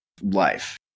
life